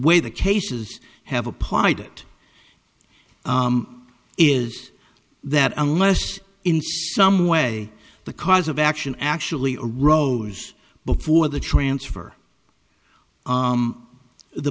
way the cases have applied it is that unless in some way the cause of action actually rose before the transfer